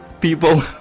people